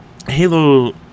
Halo